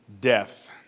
death